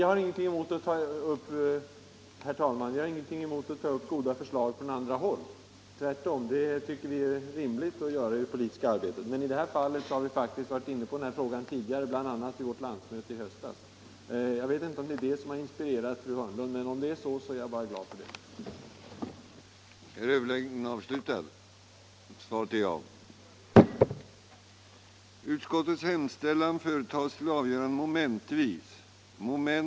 Herr talman! Vi har inget emot att ta upp goda förslag från andra håll, tvärtom tycker vi det är rimligt att göra så i det politiska arbetet. Men i det här fallet har vi faktiskt varit inne på tanken tidigare, bl.a. vid vårt landsmöte i höstas. Jag vet inte om det är det som har inspirerat fru Hörnlund. Om det är så, är jag bara glad för det. följande resultat: